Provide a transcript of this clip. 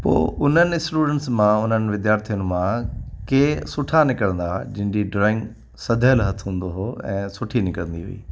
पोइ उन्हनि स्टूडंट्स मां उन्हनि विद्यार्थियुनि मां के सुठा निकिरंदा हा जिन जी ड्रॉईंग सजियल हथु हूंदो हुओ ऐं सुठी निकिरंदी हुई